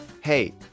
Hey